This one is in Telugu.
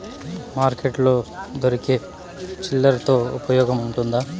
మార్కెట్ లో దొరికే టిల్లర్ తో ఉపయోగం ఉంటుందా?